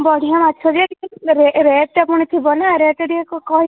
ବଢ଼ିଆ ମାଛ ଯେ କିନ୍ତୁ ରେଟ୍ ଟା ପୁଣି ଥିବ ନା ରେଟ୍ ଟା ଟିକେ କହିବେ